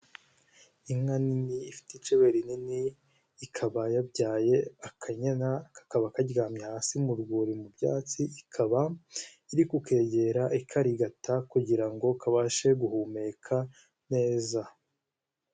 Inka nini ifite icebe rinini ikaba yabyaye akanyana kakaba karyamye hasi mu rwuri mu byatsi ikaba iri kukegera ikarigata kugira ngo kabashe guhumeka neza.